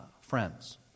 friends